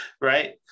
right